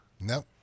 Nope